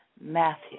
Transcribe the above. Matthew